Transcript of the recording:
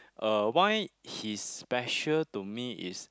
uh why he's special to me is